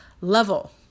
level